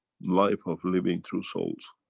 life of living through souls.